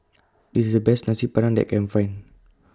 This IS The Best Nasi Padang that I Can Find